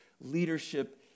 leadership